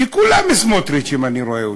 כולם סמוטריצים, אני רואה אותם,